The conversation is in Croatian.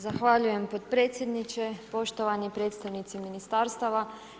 Zahvaljujem potpredsjedniče, poštovani predstavnici ministarstava.